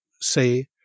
say